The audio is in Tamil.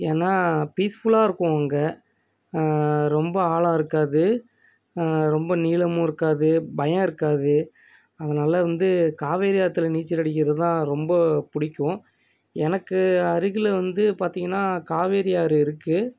ஏன்னால் பீஸ்ஃபுல்லாக இருக்கும் அங்கே ரொம்ப ஆழம் இருக்காது ரொம்ப நீளமும் இருக்காது பயம் இருக்காது அதனால் வந்து காவேரி ஆற்றுல நீச்சல் அடிக்கிறது தான் ரொம்ப பிடிக்கும் எனக்கு அருகில் வந்து பார்த்தீங்கன்னா காவேரி ஆறு இருக்குது